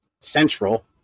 central